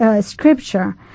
Scripture